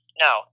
No